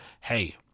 hey